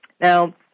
Now